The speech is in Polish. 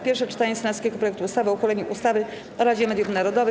Pierwsze czytanie senackiego projektu ustawy o uchyleniu ustawy o Radzie Mediów Narodowych,